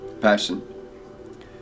passion